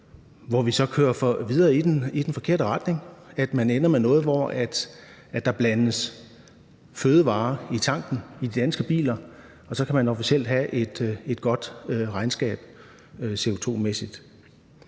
hvor vi kører videre i den forkerte retning, og hvor man ender med, at der blandes fødevarer i tanken i de danske biler, og så kan man officielt have et godt regnskab CO2-mæssigt.